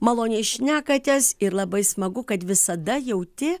maloniai šnekatės ir labai smagu kad visada jauti